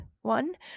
one